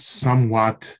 somewhat